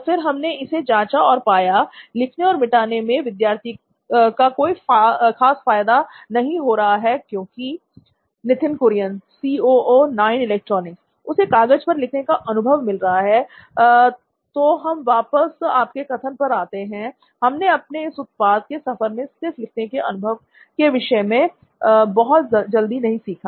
फिर हमने इसे जांचा और पाया केवल लिखने और मिटाने से विद्यार्थी का कोई खास फायदा नहीं हो रहा है क्योंकि Nithin Kurian C O O Noin electronics उसे कागज पर लिखने का अनुभव मिल रहा है तो हम वापस आपके कथन पर आते हैं हमने अपने इस उत्पाद के सफर में सिर्फ लिखने के अनुभव के विषय में बहुत जल्दी नहीं सीखा